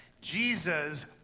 Jesus